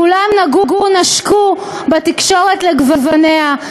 כולם נגעו-נשקו בתקשורת לגווניה,